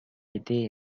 été